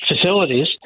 facilities